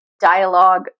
dialogue